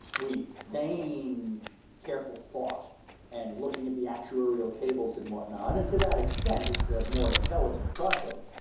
we feign careful thought and looking at the actuarial tables and whatnot, and to that extent it's a more intelligent process.